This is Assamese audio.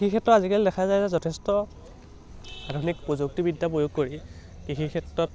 কৃষিক্ষেত্ৰত আজিকালি দেখা যায় যে যথেষ্ট আধুনিক প্ৰযুক্তিবিদ্যা প্ৰয়োগ কৰি কৃষি ক্ষেত্ৰত